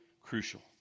crucial